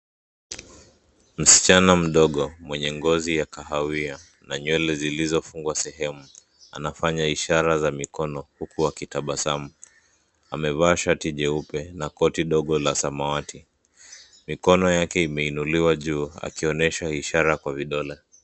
Msichana mdogo mwenye ngozi ya kahawia na nywele zilizofungwa sehemu anafanya ishara za mikono huku akitabasamu. Amevaa shati jeupe na koti dogo la samawati. Mikono yake imeinuliwa juu akionyesha ishara kwa vidole.